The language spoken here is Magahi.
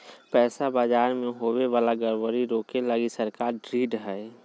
पैसा बाजार मे होवे वाला गड़बड़ी रोके लगी सरकार ढृढ़ हय